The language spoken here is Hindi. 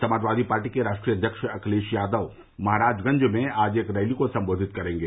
समाजवादी पार्टी के राष्ट्रीय अध्यक्ष अखिलेश यादव महराजगंज में आज एक रैली को संबोधित करेंगे